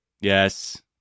Yes